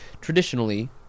traditionally